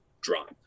drop